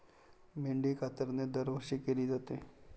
मेंढी कातरणे दरवर्षी केली जाते